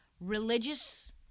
Religious